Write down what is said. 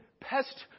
pest